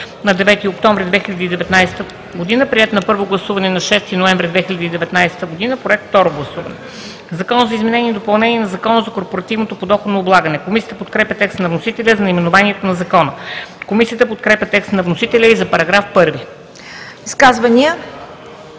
на 9 октомври 2019 г., приет на първо гласуване на 6 ноември 2019 г. – Проект второ гласуване. „Закон за изменение и допълнение на Закона за корпоративното подоходно облагане“.“ Комисията подкрепя текста на вносителя за наименованието на Закона. Комисията подкрепя текста на вносителя за § 1.